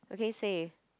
okay say